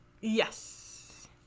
Yes